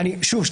שוב,